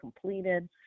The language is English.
completed